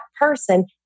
person